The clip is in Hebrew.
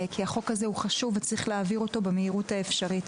כי החוק הזה הוא חשוב וצריך להעביר אותו במהירות האפשרית.